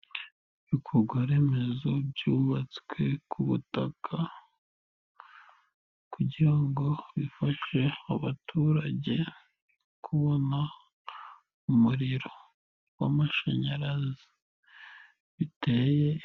Ibikorwaremezo byubatswe ku butaka, kugira ngo bifashe abaturage, kubona umuriro w'amashanyarazi biteye...